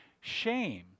shame